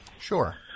Sure